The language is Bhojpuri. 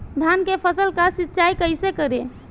धान के फसल का सिंचाई कैसे करे?